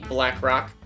BlackRock